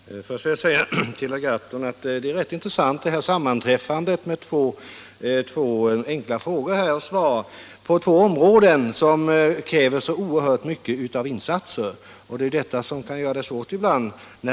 Herr talman! Först vill jag säga till herr Gahrton att det är ett rätt intressant sammanträffande med dessa två frågor och svar inom två områden som kräver så oerhört stora insatser. Detta kan ibland göra prioriteringen svår.